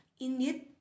Indeed